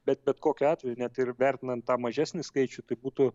bet bet kokiu atveju net ir vertinant tą mažesnį skaičių tai būtų